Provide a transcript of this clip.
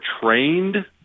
trained